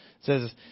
says